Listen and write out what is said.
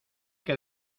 que